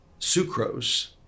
sucrose